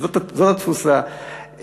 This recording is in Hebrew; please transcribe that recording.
וזו התפוסה,